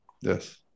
yes